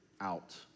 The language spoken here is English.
out